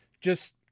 just-